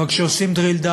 אבל, כשעושים drill down